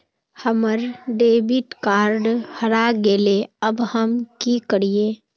हमर debit card हरा गेले अब हम की करिये?